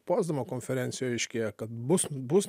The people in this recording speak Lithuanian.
potsdamo konferencijoj aiškėja kad bus bus